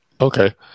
okay